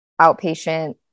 outpatient